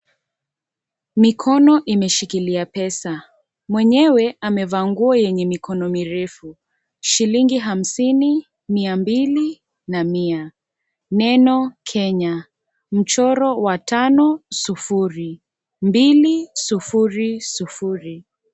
Mikono imeshikilia pesa, mwenyewe amevaa nguo yenye mikono mirefu, shilingi hamsini, mia mbili, na mia, neno Kenya, mchoro wa tano sufuri, mbili sifuri sufuri.